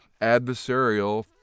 adversarial